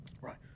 Right